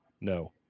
No